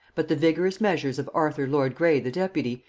but the vigorous measures of arthur lord grey the deputy,